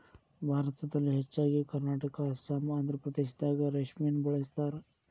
ಭಾರತದಲ್ಲಿ ಹೆಚ್ಚಾಗಿ ಕರ್ನಾಟಕಾ ಅಸ್ಸಾಂ ಆಂದ್ರಪ್ರದೇಶದಾಗ ರೇಶ್ಮಿನ ಬೆಳಿತಾರ